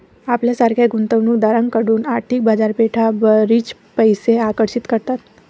आपल्यासारख्या गुंतवणूक दारांकडून आर्थिक बाजारपेठा बरीच पैसे आकर्षित करतात